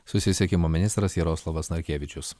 susisiekimo ministras jaroslavas narkevičius